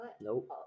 Nope